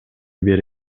бере